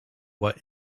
what